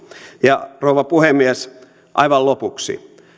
ja rouva puhemies aivan lopuksi